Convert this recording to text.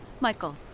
Michael